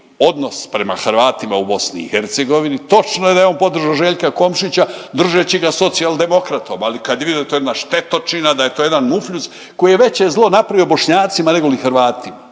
odnos prema Hrvatima u BiH točno je da je on podržao Željka Komšića držeći ga Socijaldemokratom, ali kad je vidio da je to jedna štetočina, da je to jedan mufljuz koji je veće zlo napravio Bošnjacima, negoli Hrvatima,